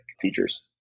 features